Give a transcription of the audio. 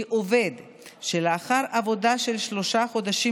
כי עובד שלאחר עבודה של שלושה חודשים